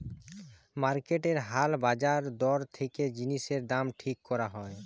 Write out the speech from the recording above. মার্কেটের হাল বাজার দর দেখে জিনিসের দাম ঠিক করা হয়